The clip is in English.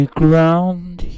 ground